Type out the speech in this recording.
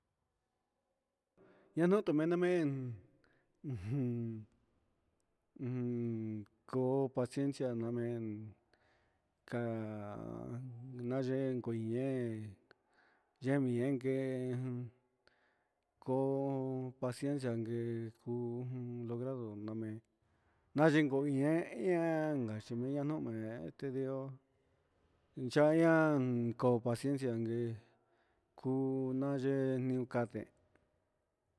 Ñanu tumenamen ujun, un ko paciencia namen ka'a nayen kuiñen, yemin enken ko'ó, paciencia ngue ku logrado name nayinko ñe'e ñeanka nayina yome'e, tedió inchan ñan koo paciencia nangue kuu nayen nadeen.